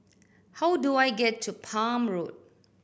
how do I get to Palm Road